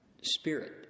spirit